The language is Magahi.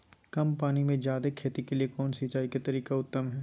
कम पानी में जयादे खेती के लिए कौन सिंचाई के तरीका उत्तम है?